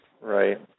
Right